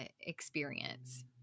experience